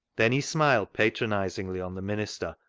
then he smiled patronisingly on the minister,